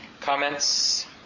comments